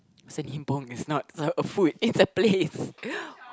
Senibong is not a a food it's a place